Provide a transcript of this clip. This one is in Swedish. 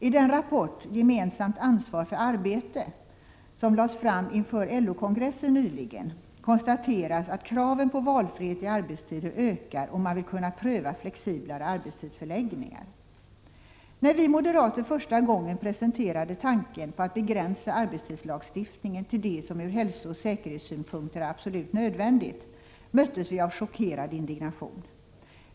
I den rapport ”Gemensamt ansvar för arbete”, som framlades inför LO-kongressen nyligen, konstateras att kraven på valfrihet när det gäller arbetstider ökar, och man vill kunna pröva flexiblare arbetstidsförläggningar. När vi moderater första gången presenterade tanken på att begränsa arbetstidslagstiftningen till det som från hälsooch säkerhetssynpunkt är absolut nödvändigt, möttes vi av chockerad indignation.